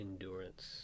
endurance